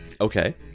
Okay